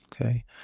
okay